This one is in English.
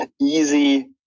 easy